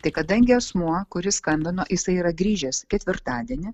tai kadangi asmuo kuris skambino jisai yra grįžęs ketvirtadienį